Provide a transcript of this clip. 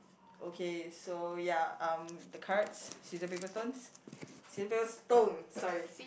okay so ya um the cards scissor paper stones scissor paper stone sorry